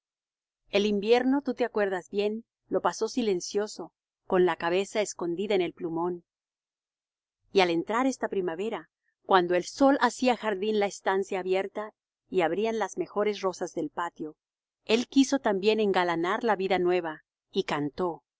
el invierno tú te acuerdas bien lo pasó silencioso con la cabeza escondida en el plumón y al entrar esta primavera cuando el sol hacía jardín la estancia abierta y abrían las mejores rosas del patio él quiso también engalanar la vida nueva y cantó